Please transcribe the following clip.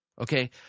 okay